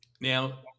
Now